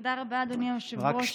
תודה רבה, אדוני היושב-ראש.